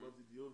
קבעתי דיון,